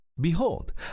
Behold